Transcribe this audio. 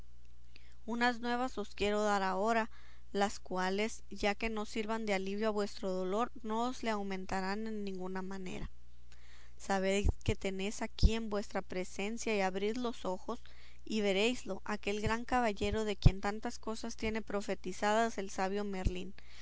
unas nuevas os quiero dar ahora las cuales ya que no sirvan de alivio a vuestro dolor no os le aumentarán en ninguna manera sabed que tenéis aquí en vuestra presencia y abrid los ojos y veréislo aquel gran caballero de quien tantas cosas tiene profetizadas el sabio merlín